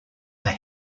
they